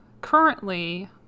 currently